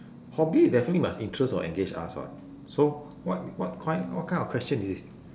hobby definitely must interest or engage us [what] so what what kind what kind of question is this